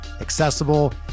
accessible